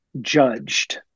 judged